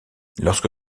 lorsque